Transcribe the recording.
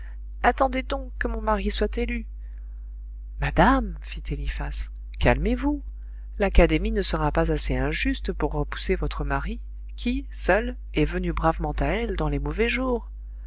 attendez donc que mon mari soit élu madame fit eliphas calmez-vous l'académie ne sera pas assez injuste pour repousser votre mari qui seul est venu bravement à elle dans les mauvais jours